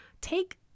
Take